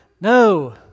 no